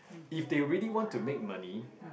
if they really want to make money